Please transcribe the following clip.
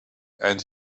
and